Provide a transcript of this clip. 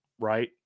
right